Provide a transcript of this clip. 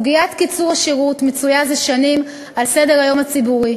סוגיית קיצור השירות מצויה זה שנים על סדר-היום הציבורי.